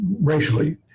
racially